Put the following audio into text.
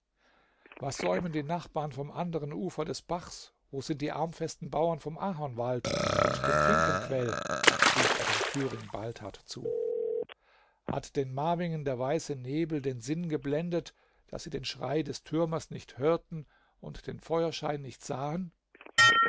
was säumen die nachbarn vom anderen ufer des bachs wo sind die armfesten bauern vom ahornwald und dem finkenquell rief er dem thüring baldhard zu hat den marvingen der weiße nebel den sinn geblendet daß sie den schrei des türmers nicht hörten und den feuerschein nicht sahen